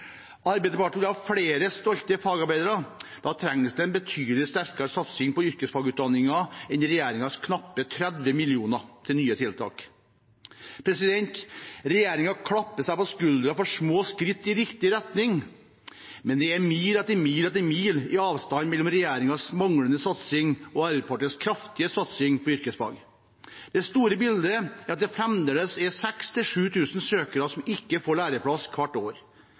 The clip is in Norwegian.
Arbeiderpartiet vil ha flere stolte fagarbeidere. Da trengs det en betydelig sterkere satsing på yrkesfagutdanningene enn regjeringens knappe 30 mill. kr til nye tiltak. Regjeringen klapper seg på skuldra for små skritt i riktig retning, men det er «mil etter mil etter mil» i avstand mellom regjeringens manglende satsing og Arbeiderpartiets kraftige satsing på yrkesfag. Det store bildet er at det fremdeles er 6 000–7 000 søkere som ikke får læreplass, hvert år.